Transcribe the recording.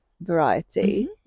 variety